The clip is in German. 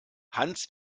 hans